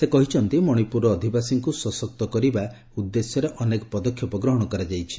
ସେ କହିଛନ୍ତି ମଣିପୁରର ଅଧିବାସୀଙ୍କୁ ସଶକ୍ତ କରିବା ଉଦ୍ଦେଶ୍ୟରେ ଅନେକ ପଦକ୍ଷେପ ଗ୍ରହଣ କରାଯାଇଛି